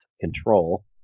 control